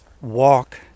walk